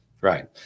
Right